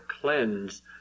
cleanse